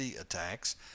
attacks